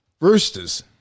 Roosters